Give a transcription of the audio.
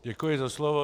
Děkuji za slovo.